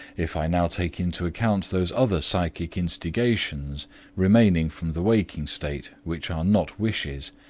if i now take into account those other psychic instigations remaining from the waking state which are not wishes,